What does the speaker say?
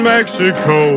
Mexico